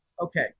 Okay